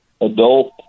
adult